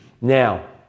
Now